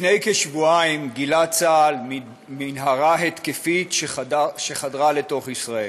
לפני כשבועיים גילה צה"ל מנהרה התקפית שחדרה לתוך ישראל.